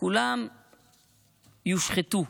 כולם יושחתו.